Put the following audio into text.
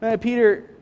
Peter